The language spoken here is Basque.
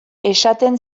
esaten